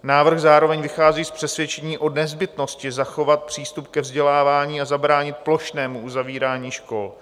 Návrh zároveň vychází z přesvědčení o nezbytnosti zachovat přístup ke vzdělávání a zabránit plošnému uzavírání škol.